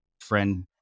friend